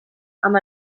amb